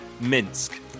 Minsk